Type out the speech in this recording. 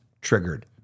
triggered